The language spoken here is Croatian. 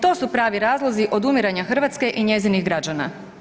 To su pravi razlozi odumiranja Hrvatske i njezinih građana.